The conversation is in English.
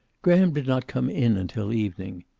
graham did not come in until evening.